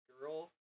girl